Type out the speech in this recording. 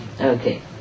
Okay